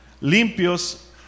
limpios